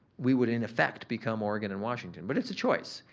we would in effect become oregon and washington but it's a choice.